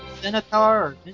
centaur